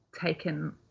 taken